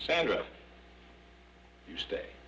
sandra you stay